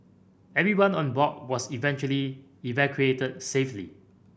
everyone on board was eventually evacuated safely